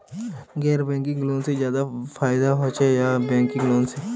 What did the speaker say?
गैर banking loan से ज्यादा फायदा होचे या बैंकिंग लोन से?